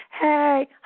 Hey